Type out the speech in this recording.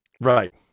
Right